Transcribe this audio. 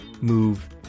move